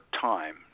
time